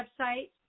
website